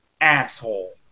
asshole